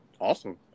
Awesome